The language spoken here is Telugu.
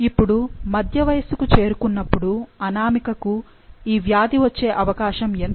ఇప్పుడు మధ్య వయస్సుకు చేరుకున్నప్పుడు అనామికకు ఈ వ్యాధి వచ్చే అవకాశం ఎంత